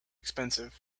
expensive